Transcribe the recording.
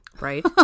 right